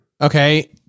Okay